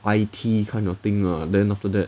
I_T kind of thing lah then after that